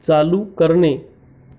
चालू करणे